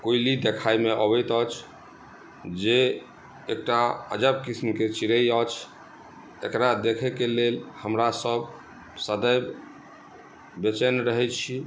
कोयली देखाइमे अबैत अछि जे एकटा अजब किस्मके चिड़ै अछि एकरा देखऽके लेल हमरा सभ सदैव बेचैन रहै छी